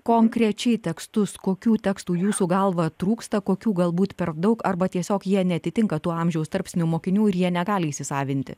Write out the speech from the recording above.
konkrečiai tekstus kokių tekstų jūsų galva trūksta kokių galbūt per daug arba tiesiog jie neatitinka tų amžiaus tarpsnių mokinių ir jie negali įsisavinti